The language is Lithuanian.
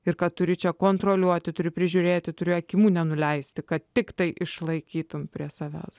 ir kad turi čia kontroliuoti turi prižiūrėti turėjo kimų nenuleisti kad tiktai išlaikytumei prie savęs